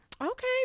Okay